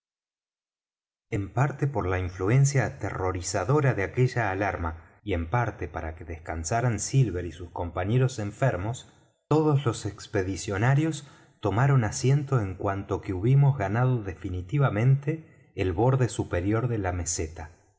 en parte por la influencia aterrorizadora de aquella alarma y en parte para que descansaran silver y sus compañeros enfermos todos los expedicionarios tomaron asiento en cuanto que hubimos ganado definitivamente el borde superior de la meseta